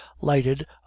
lighted